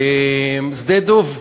שדה-דב,